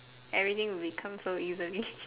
everything will become so easily